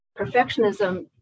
perfectionism